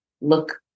look